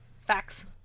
Facts